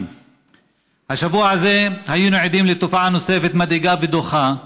השבוע הזה היינו עדים לתופעה מדאיגה ודוחה נוספת: